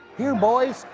here, boys!